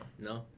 No